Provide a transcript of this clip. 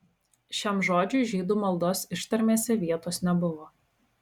šiam žodžiui žydų maldos ištarmėse vietos nebuvo